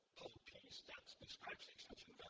piece that describes the extension